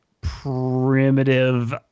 primitive